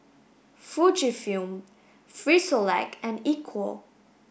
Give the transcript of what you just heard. Fujifilm Frisolac and Equal